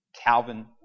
Calvin